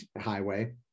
highway